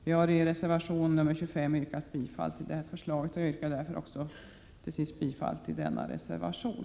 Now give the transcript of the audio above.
Vi hari reservation nr 25 yrkat bifall till detta förslag, och jag yrkar därför till sist bifall till denna reservation.